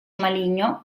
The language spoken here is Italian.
maligno